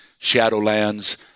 Shadowlands